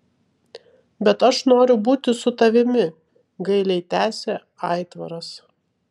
bet aš noriu būti su tavimi gailiai tęsė aitvaras